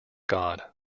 god